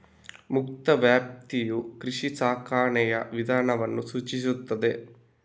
ಮುಕ್ತ ವ್ಯಾಪ್ತಿಯು ಕೃಷಿ ಸಾಕಾಣಿಕೆಯ ವಿಧಾನವನ್ನು ಸೂಚಿಸುತ್ತದೆ